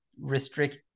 restrict